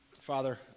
Father